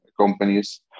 companies